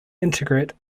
intricate